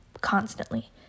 constantly